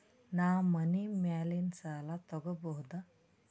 ನಾ ಮನಿ ಮ್ಯಾಲಿನ ಸಾಲ ತಗೋಬಹುದಾ?